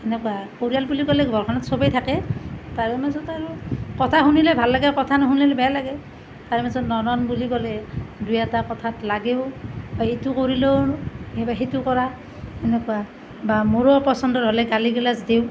এনেকুৱা পৰিয়াল বুলি ক'লে ঘৰখনত সবেই থাকে তাৰে মাজত আৰু কথা শুনিলে ভাল লাগে কথা নুশুনিলে বেয়া লাগে তাৰে মাজত ননদ বুলি ক'লে দুই এটা কথাত লাগেও এইটো কৰিলেও সেইটো কৰা সেনেকুৱা বা মোৰো অপচন্দ হ'লে গালি গালাজ দিওঁ